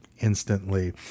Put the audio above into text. instantly